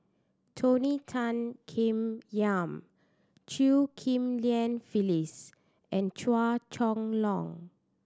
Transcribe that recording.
Tony Tan Keng Yam Chew Ghim Lian Phyllis and Chua Chong Long